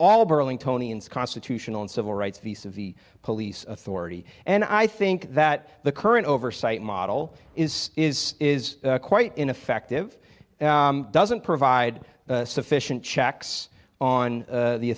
all burling tony and constitutional and civil rights these of the police authority and i think that the current oversight model is is is quite ineffective and doesn't provide sufficient checks on